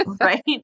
right